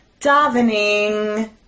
Davening